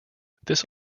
this